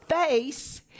face